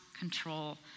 control